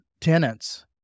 tenants